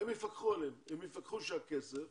הם יפקחו עליהם, הם יפקחו שהכסף